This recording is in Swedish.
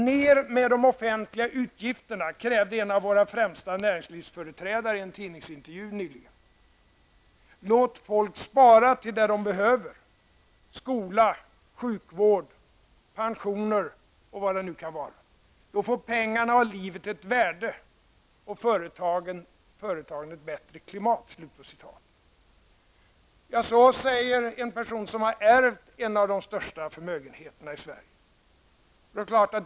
''Ner med de offentliga utgifterna'', krävde en av våra främsta näringslivsföreträdare i en tidningsintervju nyligen. ''Låt folk spara till det de behöver: skola, sjukvård, pensioner och vad det nu kan vara. Då får pengarna och livet ett värde och företagen ett bättre klimat.'' Så säger en person som har ärvt en av de största förmögenheterna i Sverige.